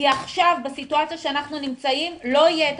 עכשיו בסיטואציה שאנחנו נמצאים לא יהיה את